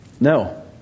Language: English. No